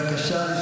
בבקשה.